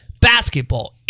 Basketball